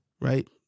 right